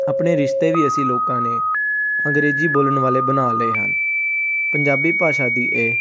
ਆਪਣੇ ਰਿਸ਼ਤੇ ਵੀ ਅਸੀਂ ਲੋਕਾਂ ਨੇ ਅੰਗਰੇਜ਼ੀ ਬੋਲਣ ਵਾਲੇ ਬਣਾ ਲਏ ਹਨ ਪੰਜਾਬੀ ਭਾਸ਼ਾ ਦੀ ਇਹ